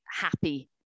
happy